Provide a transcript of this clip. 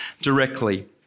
directly